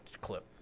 clip